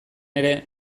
ere